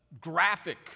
graphic